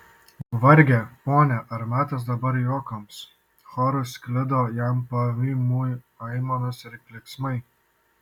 varge pone ar metas dabar juokams choru sklido jam pavymui aimanos ir klyksmai